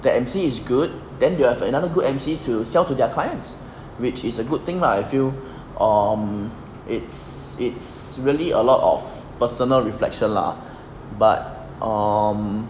the emcee is good then you have another good emcee to sell to their clients which is a good thing lah I feel um it's it's really a lot of personal reflection lah but um